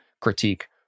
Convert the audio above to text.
critique